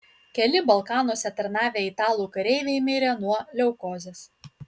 keli balkanuose tarnavę italų kareiviai mirė nuo leukozės